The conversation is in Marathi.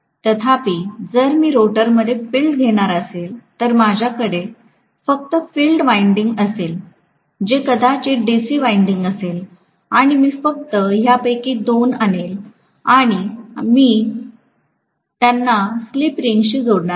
तथापि जर मी रोटरमध्ये फील्ड घेणार असेल तर माझ्याकडे फक्त फील्ड वाईन्डिन्ग असेल जे कदाचित डीसी वाईन्डिन्ग असेल आणि मी फक्त ह्या पैकी 2 आणेन आणि मग मी त्यांना स्लिप रिंगशी जोडणार आहे